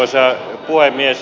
arvoisa puhemies